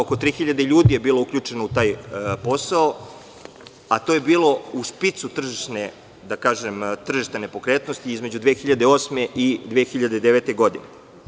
Oko 3000 ljudi je bilo uključeno u taj posao, a to je bilo u špicu tržišne nepokretnosti, između 2008. i 2009. godine.